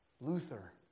Luther